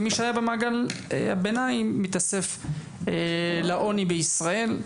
ומי שהיה במעגל הביניים מתאסף לעוני בישראל.